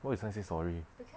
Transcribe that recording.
why you suddenly say sorry